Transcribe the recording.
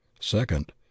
Second